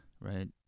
right